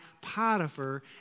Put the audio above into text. Potiphar